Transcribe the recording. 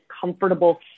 comfortable